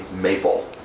maple